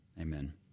Amen